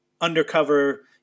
undercover